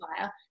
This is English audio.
fire